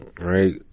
right